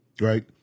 right